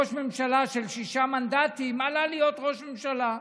ראש ממשלה של שישה מנדטים עלה להיות ראש ממשלה,